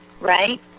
right